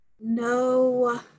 no